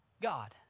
God